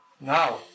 Now